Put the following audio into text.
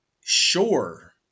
sure